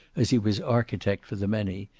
as he was architect for the many,